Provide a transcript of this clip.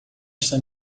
esta